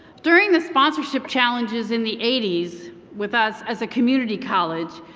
during the sponsorship challenges in the eighty s with us as a community college,